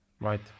Right